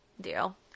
deal